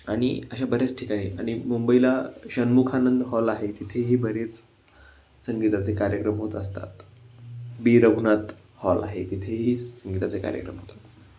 आणि अशा बऱ्याच ठिकाणी आणि मुंबईला षण्मुखानंद हॉल आहे तिथेही बरेच संगीताचे कार्यक्रम होत असतात बी रघुनाथ हॉल आहे तिथेही संगीताचे कार्यक्रम होतात